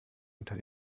unter